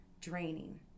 draining